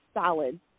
solid